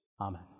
Amen